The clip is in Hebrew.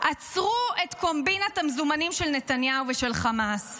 עצרו את קומבינת המזומנים של נתניהו ושל חמאס.